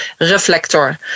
reflector